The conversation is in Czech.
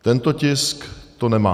Tento tisk to nemá.